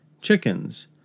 chickens